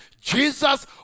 Jesus